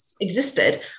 existed